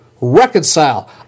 reconcile